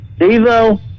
Devo